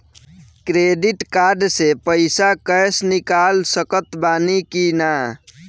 Credit card से पईसा cash निकाल सकत बानी की ना?